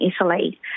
Italy